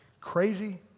crazy